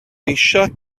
eisiau